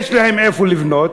יש להם איפה לבנות,